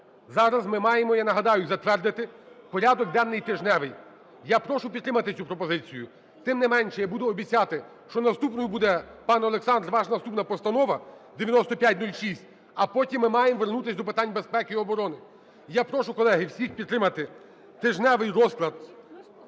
Зараз ми маємо, я нагадаю, затвердити порядок денний тижневий. Я прошу підтримати цю пропозицію. Тим не менше, я буду обіцяти, що наступною буде, пане Олександре, ваша наступна Постанова 9506, а потім ми маємо вернутись до питань безпеки і оборони. Я прошу, колеги, всіх підтримати тижневий розклад…